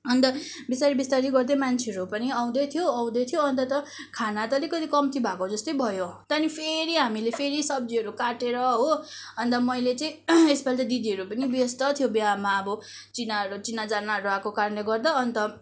अन्त बिस्तारै बिस्तारै गर्दै मान्छेहरू पनि आउँदै थियो आउँदै थियो अन्त त खाना त अलिकति कम्ती भएको जस्तै भयो त्यहाँदेखि फेरि हामीले फेरि सब्जीहरू काटेर हो अन्त मैले चाहिँ यसपालि त दिदीहरू पनि व्यस्त थियो बिहामा अब चिनाहरू चिनाजानाहरू आएको कारणले गर्दा अन्त